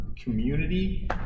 Community